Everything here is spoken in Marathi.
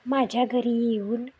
माझ्या घरी येऊन